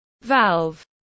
valve